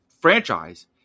franchise